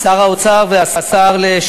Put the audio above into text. הרווחה והבריאות להכנתה לקריאה ראשונה.